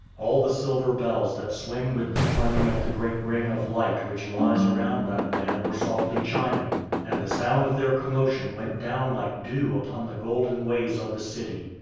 all the silver bells that swing with the turning of the great ring of light which lies around that land were softly chiming and the sound of their commotion went down like dew upon the golden ways of the city,